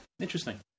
interesting